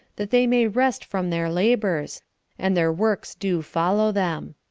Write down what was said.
that they may rest from their labors and their works do follow them.